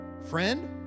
friend